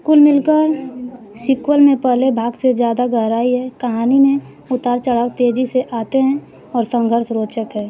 कुल मिलकर सीक्वल में पहले भाग से ज़्यादा गहराई है कहानी में उतार चढ़ाव तेज़ी से आते हैं और संघर्ष रोचक है